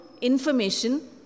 information